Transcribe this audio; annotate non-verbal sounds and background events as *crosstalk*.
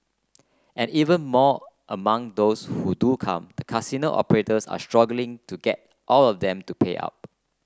and even *unintelligible* among those who do come the casino operators are struggling to get all of them to pay up